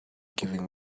giving